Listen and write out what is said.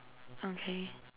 okay